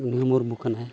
ᱢᱩᱨᱢᱩ ᱠᱟᱱᱟᱭ